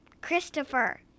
Christopher